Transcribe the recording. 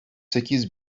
sekiz